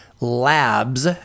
labs